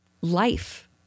life